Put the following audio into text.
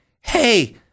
hey